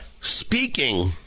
speaking